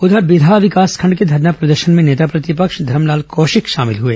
उधर बिल्हा विकासखंड के धरना प्रदर्शन में नेता प्रतिपक्ष धरम लाल कौशिक शामिल हुए